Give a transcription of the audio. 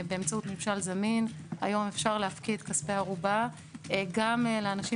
באמצעות מימשל זמין היום אפשר להפקיד כספי ערובה גם לאנשים